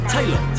Taylor